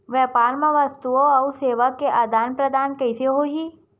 व्यापार मा वस्तुओ अउ सेवा के आदान प्रदान कइसे होही?